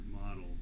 model